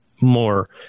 more